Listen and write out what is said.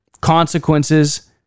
Consequences